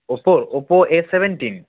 Oppo Oppo a seventeen